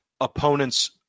opponent's